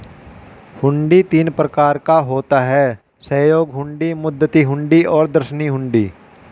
हुंडी तीन प्रकार का होता है सहयोग हुंडी, मुद्दती हुंडी और दर्शनी हुंडी